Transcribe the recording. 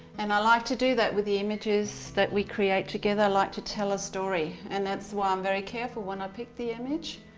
and i like to do that with the images that we create together. i like to tell a story and that's why i'm very careful when i pick the image,